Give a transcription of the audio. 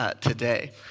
today